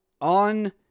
on